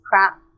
crap